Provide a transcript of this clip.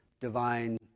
divine